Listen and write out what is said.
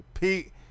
Pete